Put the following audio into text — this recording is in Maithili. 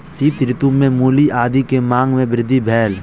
शीत ऋतू में मूली आदी के मांग में वृद्धि भेल